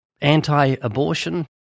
Anti-abortion